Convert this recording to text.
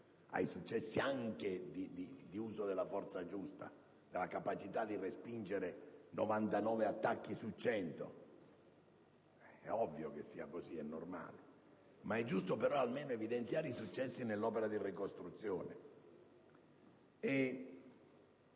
di uso anche della forza giusta, della capacità di respingere 99 attacchi su 100. È ovvio che sia così, è normale: ma è giusto evidenziare almeno i successi nell'opera di ricostruzione.